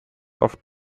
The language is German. oft